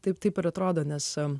taip taip ir atrodo nesu